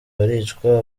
baricwa